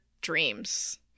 dreams